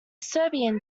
serbian